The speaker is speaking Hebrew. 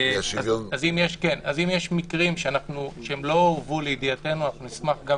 אז אם יש מקרים שלא הובאו לידיעתנו נשמח גם